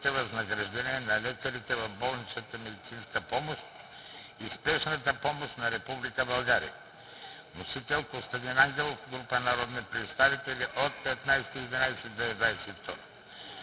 възнаграждения на лекарите в болничната медицинска помощ и спешната помощ на Република България. Вносители –Костадин Ангелов и група народни представители на 15 ноември